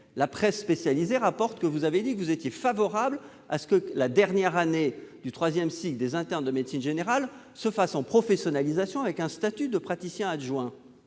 la presse spécialisée rapporte que vous aviez reconnu être favorable à ce que la dernière année du troisième cycle des internes de médecine générale se fasse en professionnalisation avec un statut de praticien adjoint.